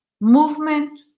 movement